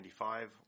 1995